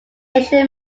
asia